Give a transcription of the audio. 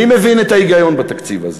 מי מבין את ההיגיון בתקציב הזה?